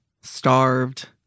starved